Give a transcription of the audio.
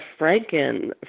Franken